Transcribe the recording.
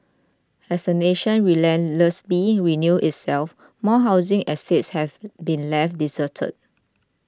as the nation relentlessly renews itself more housing estates have been left deserted